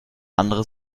andere